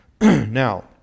Now